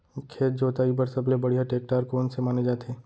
खेत जोताई बर सबले बढ़िया टेकटर कोन से माने जाथे?